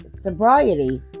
sobriety